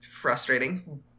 frustrating